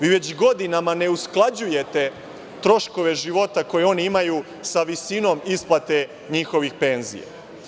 Već godinama ne usklađujete troškove života koji oni imaju sa visinom isplate njihovih penzija.